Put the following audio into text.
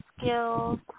skills